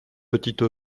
petite